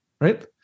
right